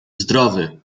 zdrowy